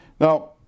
Now